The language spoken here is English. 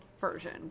version